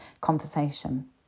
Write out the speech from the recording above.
conversation